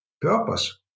Purpose